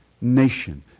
nation